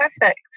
perfect